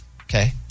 Okay